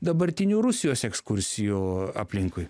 dabartinių rusijos ekskursijų aplinkui